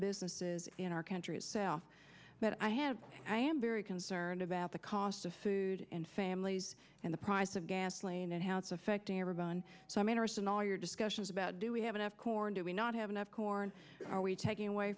businesses in our country itself but i have i am very concerned about the cost of food and families and the price of gasoline and how it's affecting ever been so i'm interested all your discussions about do we have enough corn do we not have enough corn are we taking away